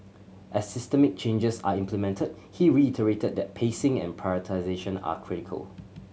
as systemic changes are implemented he reiterated that pacing and prioritisation are critical